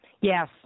Yes